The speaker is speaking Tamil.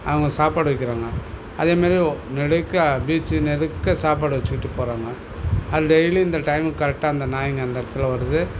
அவங்க சாப்பாடு வெக்கிறாங்க அதேமாதிரி நெடுக பீச்சு நெடுக சாப்பாடு வெச்சுக்கிட்டு போகிறாங்க அது டெய்லி இந்த டைமுக்கு கரெக்டாக அந்த நாய்ங்க அந்த இடத்துல வருது